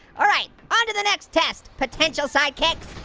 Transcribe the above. alright, onto the next test, potential sidekicks.